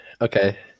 Okay